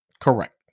Correct